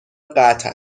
قطع